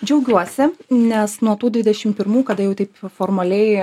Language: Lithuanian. džiaugiuosi nes nuo tų dvidešim pirmų kada jau taip formaliai